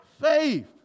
faith